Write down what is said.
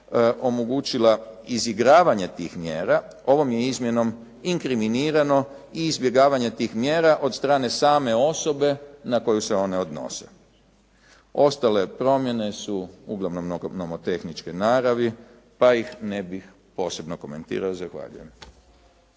omogućila izigravanje tih mjera, ovom je izmjenom inkriminirano i izbjegavanje tih mjera od strane same osobe na koju se one odnose. Ostale promjene su uglavnom nomotehničke naravi, pa ih ne bih posebno komentirao. Zahvaljujem.